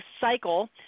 cycle